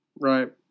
Right